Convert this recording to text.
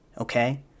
okay